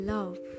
Love